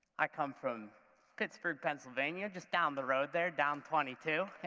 i come from pittsburgh, pennsylvania, just down the road there, down twenty two,